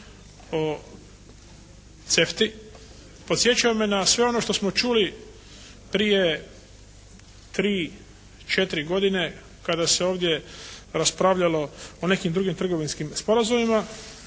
o CEFT-i podsjeća me na sve ono što smo čuli prije tri, četiri godine kada se ovdje raspravljalo o nekim drugim trgovinskim sporazumima,